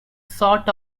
sort